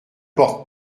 porte